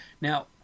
Now